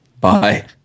Bye